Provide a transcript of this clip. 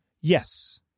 Yes